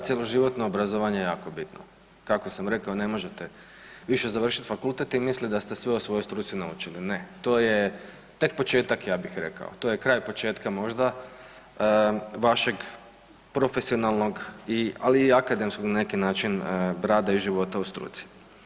Da, cjeloživotno obrazovanje je jako bitno, kako sam rekao, ne možete više završiti fakultet i mislit da ste sve o svojoj struci naučili, ne, to je tek početak, ja bih rekao. to je kraj početka možda vašeg profesionalnog ali i akademskog na neki način rada i života u struci.